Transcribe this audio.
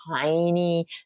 tiny